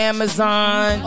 Amazon